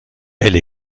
elle